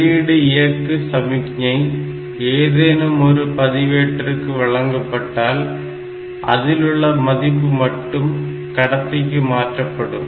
வெளியீடு இயக்கு சமிக்ஞை ஏதேனும் ஒரு பதிவேட்டிற்கு வழங்கப்பட்டால் அதிலுள்ள மதிப்பு மட்டும் கடத்திக்கு மாற்றப்படும்